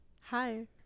hi